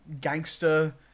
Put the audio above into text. gangster